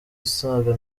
asaga